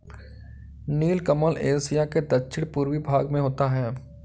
नीलकमल Asia के दक्षिण पूर्वी भाग में होता है